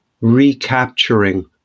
recapturing